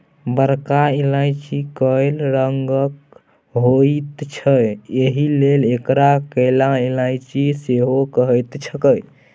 बरका इलायची कैल रंगक होइत छै एहिलेल एकरा कैला इलायची सेहो कहैत छैक